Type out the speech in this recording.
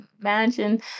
imagine